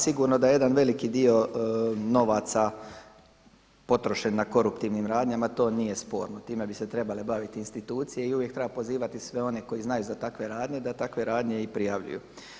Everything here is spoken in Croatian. Sigurno da jedan veliki dio novaca potrošen na koruptivnim radnjama to nije sporno, time bi se trebale baviti institucije i uvijek treba pozivati sve one koji znaju za takve radnje da takve radnje i prijavljuju.